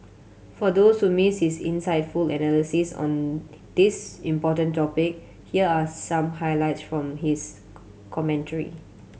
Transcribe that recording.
for those who miss his insightful analysis on this important topic here are some highlights from his commentary